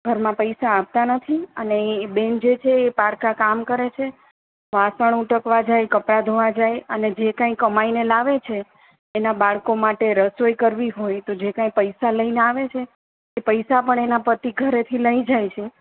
ઘરમાં પૈસા આપતા નથી અને એ બેન જે છે એ પારકા કામ કરે છે વાસણ ઊટકવા જાય છે કપડાં ધોવા જાય અને જે કંઈ કમાઈને લાવે છે એના બાળકો માટે રસોઈ કરવી હોય તો જે કંઈ પૈસા લઈને આવે છે એ પૈસા પણ એ એના પતિ ઘરેથી લઈ જાય છે